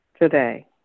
today